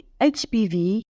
HPV